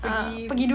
pergi